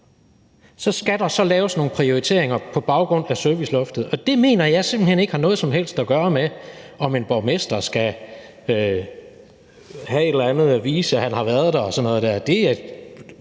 skal der laves nogle prioriteringer på baggrund af serviceloftet. Og det mener jeg simpelt hen ikke har noget som helst at gøre med, om en borgmester skal have et eller andet at vise frem, så man kan se, han